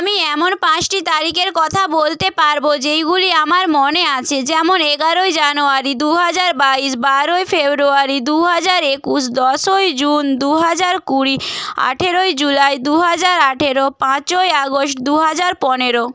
আমি এমন পাঁচটি তারিখের কথা বলতে পারব যেইগুলি আমার মনে আছে যেমন এগারোই জানুয়ারি দু হাজার বাইশ বারোই ফেব্রুয়ারি দু হাজার একুশ দশই জুন দু হাজার কুড়ি আঠেরোই জুলাই দু হাজার আঠেরো পাঁচই আগস্ট দু হাজার পনেরো